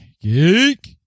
geek